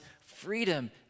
freedom